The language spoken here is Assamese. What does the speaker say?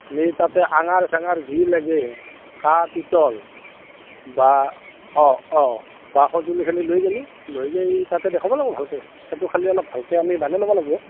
নি তাতে এঙাৰ চেঙাৰ যি লাগে কাঁহ পিতল বা অঁ অঁ বা সঁজুলিখিনি লৈ গ'লোঁ লৈ যাই তাতে দেখাব লাগিব ভালকৈ সেইটো খালী অলপ ভালকৈ আমি বানাই ল'ব লাগিব